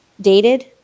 dated